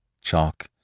chalk